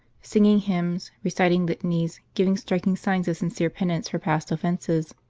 singing hymns, reciting litanies, giving striking signs of sincere penance for past offences,